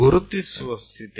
નહીંતર હવે તે 35 એકમો છે